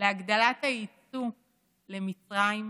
להגדלת היצוא למצרים,